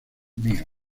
míos